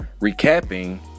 recapping